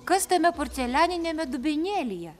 kas tame porcelianiniame dubenėlyje